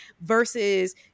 versus